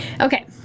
Okay